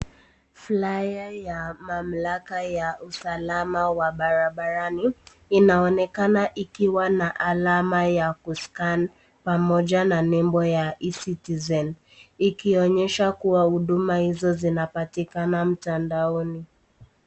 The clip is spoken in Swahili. Flyer ya mamlaka ya usalama wa barabarani, inaonekana ikiwa na alama ya ku scan pamoja na nembo ya ECitizen, ikionyesha kuwa huduma hizo zinapatikana mtandaoni.